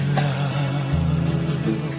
love